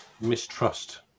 mistrust